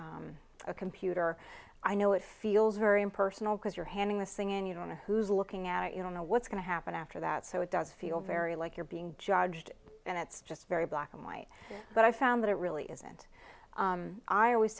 know a computer i know it feels very impersonal because you're handing this thing and you don't know who's looking at you don't know what's going to happen after that so it does feel very like you're being judged and it's just very black and white but i found it really isn't i always